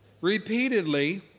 repeatedly